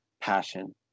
passion